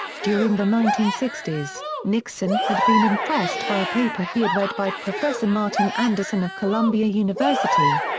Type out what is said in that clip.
during the nineteen sixty s, nixon had been impressed by a paper he had read by professor martin anderson of columbia university.